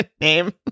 name